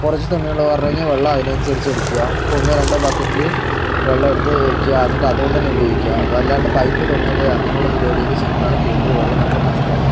കുറച്ച് തുണികൾ എന്ന് പറഞ്ഞു കഴിഞ്ഞാൽ വെള്ളം അതിനനുസരിച്ച് എടുക്കുക ഇപ്പോൾ ഒന്നോ രണ്ടോ ബക്കറ്റിൽ വെള്ളം എടുത്ത് വെക്കുക എന്നിട്ട് അതുകൊണ്ടുതന്നെ ഉപയോഗിക്കുക വാല്ലാണ്ട് പൈപ്പ് തുറന്ന് ഇടുക അങ്ങനെയുള്ള പരുപാടിയൊക്കെ ചെയ്യുമ്പോളാണ് കൂടുതൽ വെള്ളം നമുക്ക് നഷ്ടം ആവുക